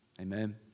Amen